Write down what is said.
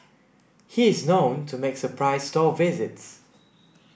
he is known to make surprise store visits